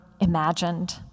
imagined